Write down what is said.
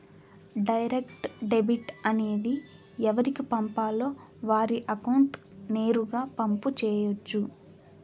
direct debit అనేది ఎవరికి పంపాలో వారి అకౌంట్ నేరుగా పంపు చేయొచ్చు